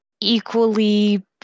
equally